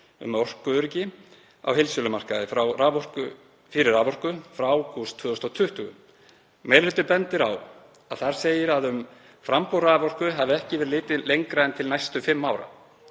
um orkuöryggi á heildsölumarkaði fyrir raforku, frá ágúst 2020. Meiri hlutinn bendir á að þar segir að um framboð raforku hafi ekki verið litið lengra en til næstu fimm ára.